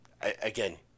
again